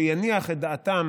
שיניח את דעתן